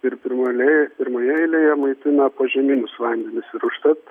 ir pirmoj eilėj pirmoje eilėje maitina požeminius vandenis ir užtat